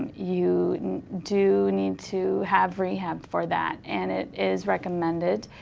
you do need to have rehab for that. and it is recommended.